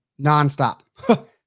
nonstop